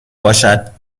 باشد